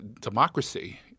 democracy